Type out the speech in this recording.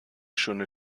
schöne